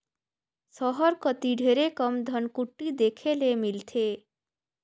सहर कती ढेरे कम धनकुट्टी देखे ले मिलथे